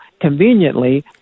conveniently